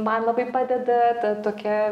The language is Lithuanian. man labai padeda ta tokia